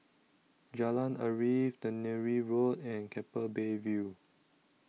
Jalan Arif Tannery Road and Keppel Bay View